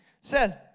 says